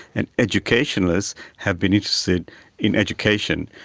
and educationalists have been interested in education.